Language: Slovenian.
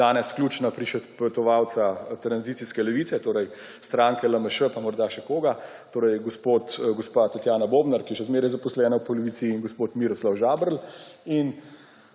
danes ključna prišepetovalca tranzicijske levice, torej stranke LMŠ pa morda še koga, gospa Tatjana Bobnar, ki je še zmeraj zaposlena v Policiji, in gospod Miroslav Žaberl.